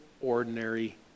ordinary